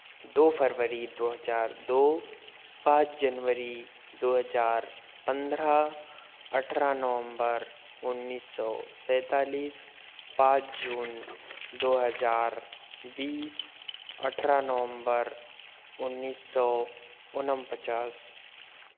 दो फरवरी दो हज़ार दो पाँच जनवरी दो हज़ार पंद्रह अठारह नवम्बर उन्नीस सौ सैंतालिस पाँच जून दो हज़ार बीस अठारह नवम्बर उन्नीस सौ उनचास